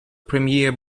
premier